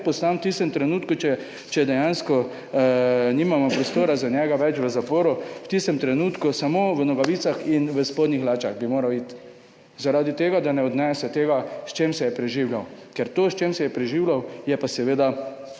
poslan. V tistem trenutku, če dejansko nimamo prostora za njega več v zaporu, v tistem trenutku samo v nogavicah in v spodnjih hlačah bi moral iti, zaradi tega, da ne odnese tega, s čim se je preživljal. Ker to s čim se je preživljal, je pa seveda